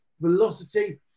velocity